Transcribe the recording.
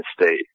State